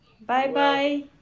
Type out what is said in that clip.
Bye-bye